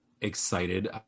excited